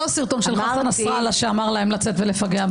הסרטון של חסן נסראללה שאמר להם לצאת ולפגע.